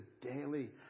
daily